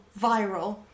viral